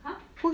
!huh!